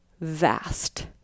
vast